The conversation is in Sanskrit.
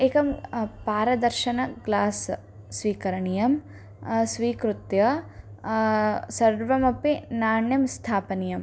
एकं पारदर्शकं ग्लास् स्वीकरणीयं स्वीकृत्य सर्वमपि नाण्यं स्थापनीयम्